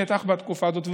בטח בתקופה הזאת,